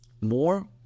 more